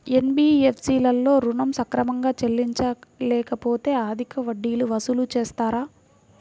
NBFC లలో ఋణం సక్రమంగా చెల్లించలేకపోతె అధిక వడ్డీలు వసూలు చేస్తారా?